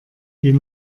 die